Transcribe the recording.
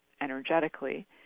energetically